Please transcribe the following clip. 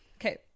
okay